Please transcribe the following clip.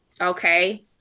Okay